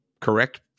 correct